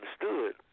understood